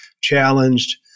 challenged